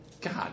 God